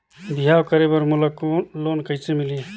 बिहाव करे बर मोला लोन कइसे मिलही?